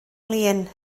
lin